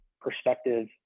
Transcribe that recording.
perspective